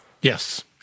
Yes